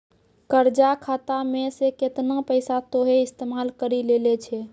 कर्जा खाता मे से केतना पैसा तोहें इस्तेमाल करि लेलें छैं